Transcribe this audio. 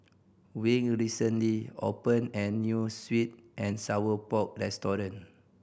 Wing recently opened a new sweet and sour pork restaurant